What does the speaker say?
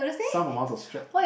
some amount of stre~